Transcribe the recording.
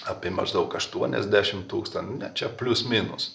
apie maždaug aštuoniasdešim tūkstan ne čia plius minus